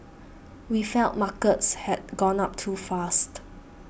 we felt markets had gone up too fast